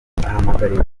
ahamagarira